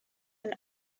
and